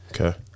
Okay